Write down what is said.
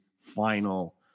final